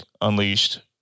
Unleashed